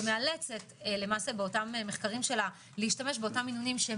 שמאלצת במחקרים שלה להשתמש במינונים של